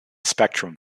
spectrum